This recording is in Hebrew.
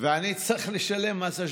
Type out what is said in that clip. ואני צריך לשלם מס השבחה.